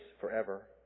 forever